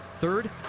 Third